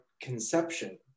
conception